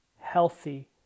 healthy